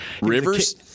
Rivers